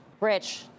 Rich